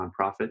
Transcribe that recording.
nonprofit